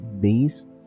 based